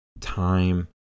Time